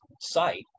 site